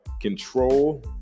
control